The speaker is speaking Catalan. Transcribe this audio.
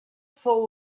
fou